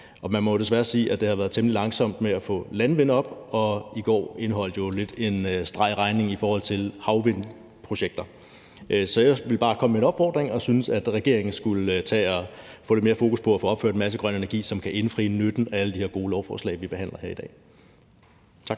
man må desværre sige, at det er gået temmelig langsomt med at få landvindmøller op, og i går indeholdt jo lidt en streg i regningen i forhold til havvindmølleprojekter. Så jeg vil bare komme med en opfordring og sige, at jeg synes, at regeringen skulle tage at få lidt mere fokus på at få opført en masse grøn energi, som kan indfri nytten af alle de her gode lovforslag, vi behandler i dag. Kl.